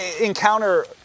encounter